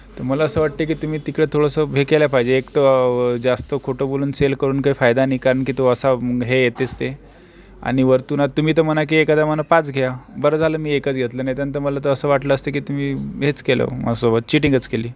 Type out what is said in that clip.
तर मला असं वाटतं आहे की तुम्ही तिकडे थोडंसं हे केलं पाहिजे एक तर जास्त खोटं बोलून सेल करून काही फायदा नाही कारण की तो असा मग हे येतेच ते आणि वरतून आता तुम्ही तर म्हणा एखाद्या म्हणा पाच घ्या बरं झालं मी एकच घेतलं नाहीतर तर मला तर असं वाटलं असतं की तुम्ही हेच केलं माझ्यासोबत चीटिंगच केली